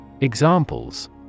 Examples